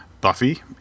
Buffy